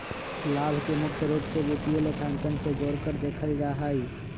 लाभ के मुख्य रूप से वित्तीय लेखांकन से जोडकर देखल जा हई